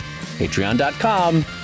patreon.com